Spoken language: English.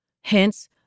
Hence